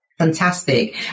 Fantastic